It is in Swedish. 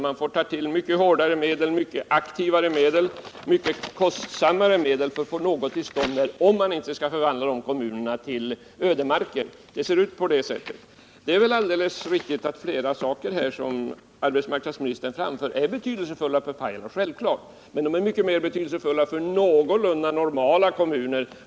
Man får tillgripa mycket hårdare, aktivare och kostsammare medel för att nå resultat, om man inte skall förvandla dessa kommuner till ödemark. Sådant är läget. Det är alldeles riktigt att flera av de saker som arbetsmarknadsministern pekar på är betydelsefulla för Pajala. Men de är mycket mer betydelsefulla för någorlunda normala kommuner.